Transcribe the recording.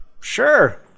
Sure